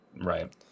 Right